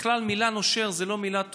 בכלל, המילה "נושר" זאת לא מילה טובה,